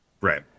Right